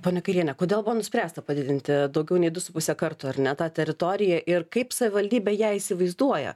ponia kairiene kodėl buvo nuspręsta padidinti daugiau nei du su puse karto ar ne tą teritoriją ir kaip savivaldybė ją įsivaizduoja